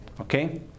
Okay